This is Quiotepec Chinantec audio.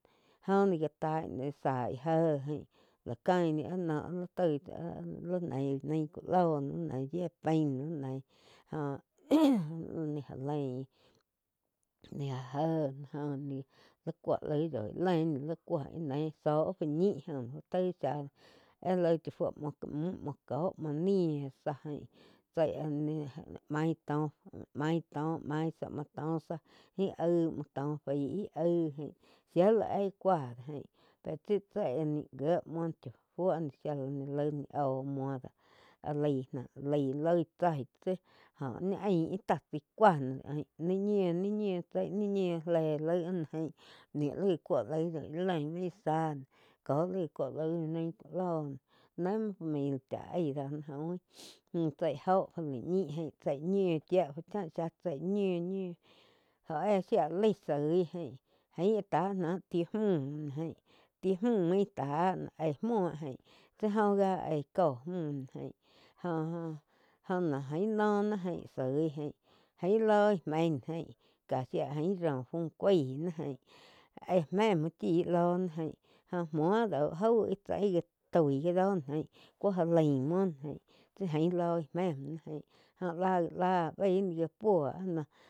Óh ni gá taig ni gá záig jéh jain lá caín ní áh noh tói tsá li néi be nái ku loí li neí ye pain li neíh jó ní já lain ní áh jéh já cúo láig yói lein li néi zó fu ñi jo taig záh áh kaig chá fui muo múh muo có muo ni záh tsi á ni main tó, main tó maí záh muo tó záh íh aíg múo tó íh aíg jáin shía la íh cáu jáin tsi tse áh nih gíe muo cha fuo shía la ni laih ni oh modo lái-lái loig tsá jóh ñí aín íh tsá cúa jaín ni ñiu ni tsei ni ñiu lé lai jain ní li gá cou láig yoi yi lein main záh cóh li gá cuó laig bé nain ku lóh né muo familia chá aíh do ni jóih múh tsái joh fu laih ñi jain che ñiu-ñiu jó éh shía laig soi aín áh tá náh ti múh jaín ti múh tá éh muo tsi óh gía eih có múh jaín óh-óh ná jaín noh ná jáin sói ján jái lóh ná méin náh jain ká sía jain ró fú kuaig náh jaín éh me muo chí lóh ná jain jóh muo dáu jau íh tsá já toi ji aín kú já lain muo na jáin lóh mé muo ná jaín óh lá já láh baíh ni ja cúo áh noh.